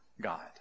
God